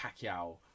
Pacquiao